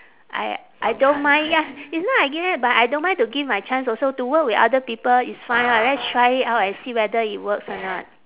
I I don't mind ya it's not I give them but I don't mind to give my chance also to work with other people it's fine [what] let's try it out and see whether it works or not